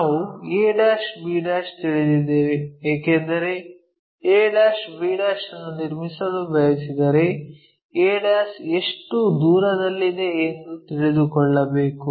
ನಾವು a b ತಿಳಿದಿದ್ದೇವೆ ಏಕೆಂದರೆ a b ಅನ್ನು ನಿರ್ಮಿಸಲು ಬಯಸಿದರೆ a' ಎಷ್ಟು ದೂರದಲ್ಲಿದೆ ಎಂದು ತಿಳಿದುಕೊಳ್ಳಬೇಕು